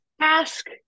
ask